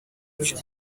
b’ejo